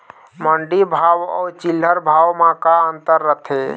मंडी भाव अउ चिल्हर भाव म का अंतर रथे?